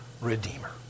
redeemer